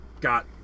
got